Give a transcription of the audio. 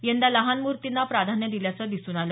यंदा लहान मूर्तींना प्राधान्य दिल्याचं दिसून आलं